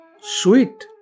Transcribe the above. Sweet